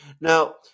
Now